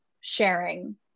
sharing